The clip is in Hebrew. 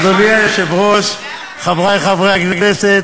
אדוני היושב-ראש, חברי חברי הכנסת,